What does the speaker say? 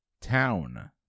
town